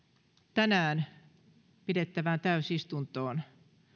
tänään pidettävään toiseen täysistuntoon